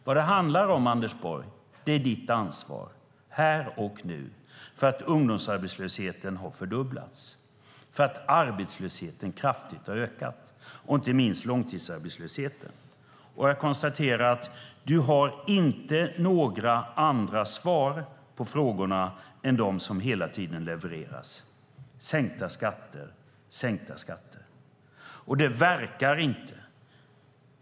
Vad det handlar om, Anders Borg, är ditt ansvar här och nu för att ungdomsarbetslösheten har fördubblats och för att arbetslösheten kraftigt ökat, inte minst långtidsarbetslösheten. Jag konstaterar att du inte har några andra svar på frågorna än de som hela tiden levereras. Allt handlar om sänkta skatter.